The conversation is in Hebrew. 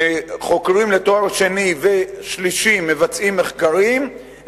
כשחוקרים לתואר שני ושלישי מבצעים מחקרים,